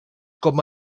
com